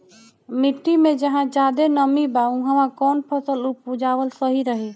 मिट्टी मे जहा जादे नमी बा उहवा कौन फसल उपजावल सही रही?